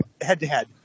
head-to-head